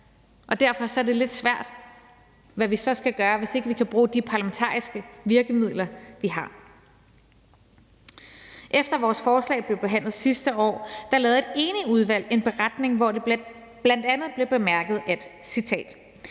og derfor er det lidt svært, hvis vi ikke kan bruge de parlamentariske virkemidler, vi har. Efter at vores forslag blev behandlet sidste år, lavede et enigt udvalg en beretning, hvor det bl.a. blev bemærket, at